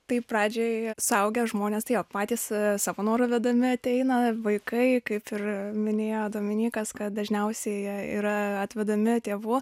taip pradžioj suaugę žmonės tai jo patys savo noru vedami ateina vaikai kaip ir minėjo dominykas kad dažniausiai jie yra atvedami tėvų